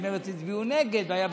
ומרצ הצביעו נגד והיה בסדר.